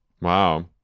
Wow